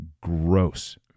gross